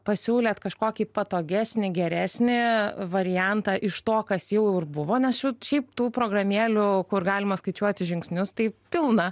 pasiūlėt kažkokį patogesnį geresnį variantą iš to kas jau ir buvo nes šių šiaip tų programėlių kur galima skaičiuoti žingsnius tai pilna